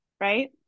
right